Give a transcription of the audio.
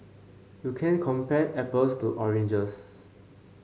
you can't compare apples to oranges